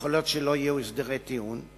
יכול להיות שלא יהיו הסדרי טיעון,